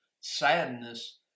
sadness